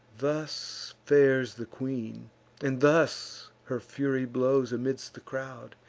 thus fares the queen and thus her fury blows amidst the crowd,